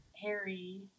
Harry